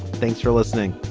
thanks for listening